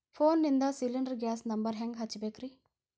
ಫೋನಿಂದ cylinder gas number ಹೆಂಗ್ ಹಚ್ಚ ಬೇಕ್ರಿ?